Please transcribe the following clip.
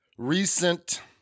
recent